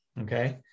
Okay